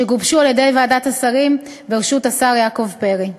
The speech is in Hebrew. שגובשו על-ידי ועדת השרים בראשות השר יעקב פרי.